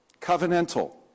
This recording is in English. covenantal